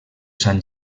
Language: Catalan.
sant